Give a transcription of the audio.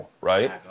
right